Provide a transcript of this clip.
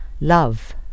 Love